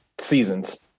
seasons